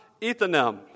Ethanem